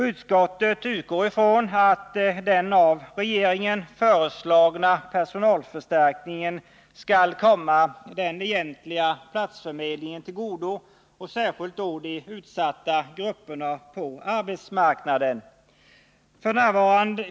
Utskottet utgår ifrån att den av regeringen föreslagna personalförstärkningen skall komma den egentliga platsförmedlingen, särskilt då de utsatta grupperna på arbetsmarknaden, till godo.